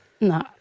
no